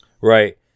Right